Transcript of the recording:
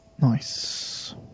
Nice